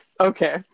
Okay